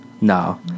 No